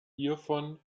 hiervon